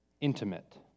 intimate